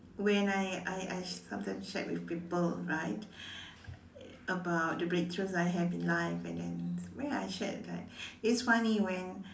when I I I sometimes shared with people right about the breakthroughs I have in life and then where I shared that it's funny when